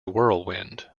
whirlwind